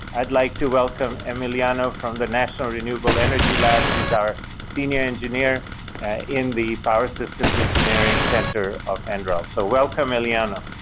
i'd like to welcome emiliano from the national renewable energy lab. he's our senior engineer in the power systems engineering center of and nrel. so welcome, emiliano.